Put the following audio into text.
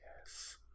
Yes